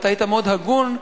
ואתה היית מאוד הגון,